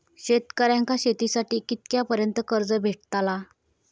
शेतकऱ्यांका शेतीसाठी कितक्या पर्यंत कर्ज भेटताला?